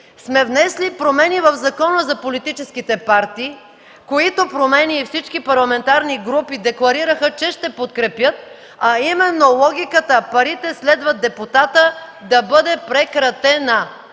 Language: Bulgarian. сме внесли промени в Закона за политическите партии, и всички парламентарни групи декларираха, че ще ги подкрепят, а именно логиката „парите следват депутата” да бъде прекратена.